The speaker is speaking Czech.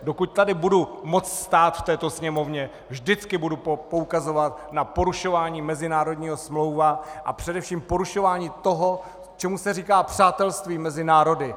Dokud tady budu moct stát v této Sněmovně, vždycky budu poukazovat na porušování mezinárodních smluv a především porušování toho, čemu se říká přátelství mezi národy.